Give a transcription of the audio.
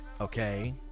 Okay